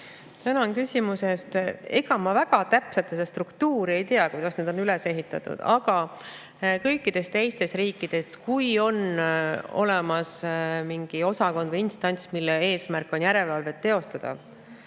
Tänan küsimuse eest! Ega ma väga täpselt seda struktuuri ei tea, kuidas need on üles ehitatud, aga kõikides teistes riikides on nii, et kui on olemas mingi osakond või instants, mille eesmärk on teostada